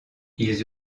ils